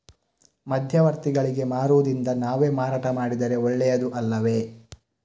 ಮಧ್ಯವರ್ತಿಗಳಿಗೆ ಮಾರುವುದಿಂದ ನಾವೇ ಮಾರಾಟ ಮಾಡಿದರೆ ಒಳ್ಳೆಯದು ಅಲ್ಲವೇ?